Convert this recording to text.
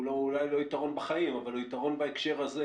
הוא אולי לא יתרון בחיים אבל הוא יתרון בהקשר הזה